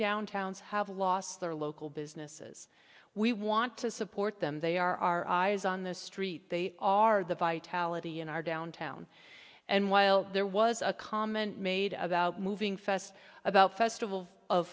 downtowns have lost their local businesses we want to support them they are on the street they are the vitality in our downtown and while there was a comment made about moving fest about festival of